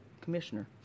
commissioner